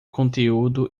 conteúdo